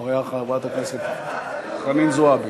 יפה מאוד.